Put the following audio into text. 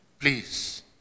please